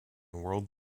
world